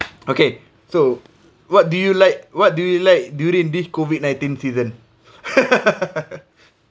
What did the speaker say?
okay so what do you like what do you like during this COVID nineteen season